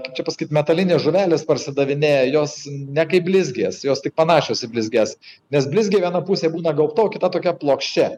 kaip čia pasakyt metalinė žuvelės parsidavinėja jos ne kaip blizgės jos tik panašios į blizges nes blizgė viena pusė būna gaubta o kita tokia plokščia